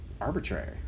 arbitrary